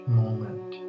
moment